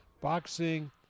boxing